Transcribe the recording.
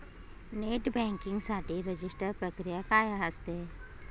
Net banking साठी register प्रक्रिया काय असते?